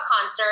concert